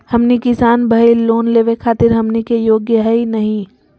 हमनी किसान भईल, लोन लेवे खातीर हमनी के योग्य हई नहीं?